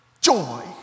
joy